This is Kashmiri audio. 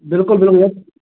بِلکُل بیٚیہِ یہِ